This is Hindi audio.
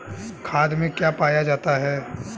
खाद में क्या पाया जाता है?